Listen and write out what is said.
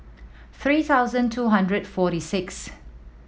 three thousand two hundred forty sixth